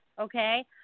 Okay